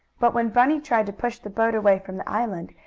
but when bunny tried to push the boat away from the island,